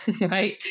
right